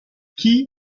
qui